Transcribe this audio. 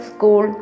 School